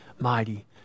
mighty